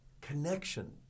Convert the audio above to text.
connection